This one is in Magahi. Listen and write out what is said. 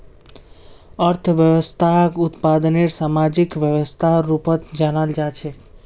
अर्थव्यवस्थाक उत्पादनेर सामाजिक व्यवस्थार रूपत जानाल जा छेक